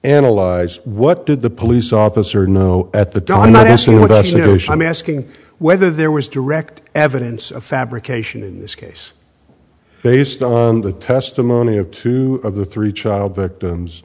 analyze what did the police officer know at the donmar that's what i'm asking whether there was direct evidence of fabrication in this case based on the testimony of two of the three child victims